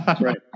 Right